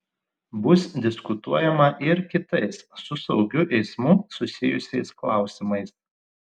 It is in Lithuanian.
bus diskutuojama ir kitais su saugiu eismu susijusiais klausimais